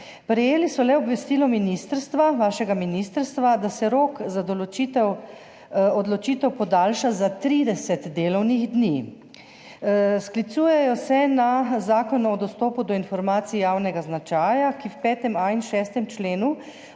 Prejeli so le obvestilo ministrstva, vašega ministrstva, da se rok za odločitev podaljša za 30 delovnih dni. Sklicujejo se na Zakon o dostopu do informacij javnega značaja, ki v 5.a in 6. členu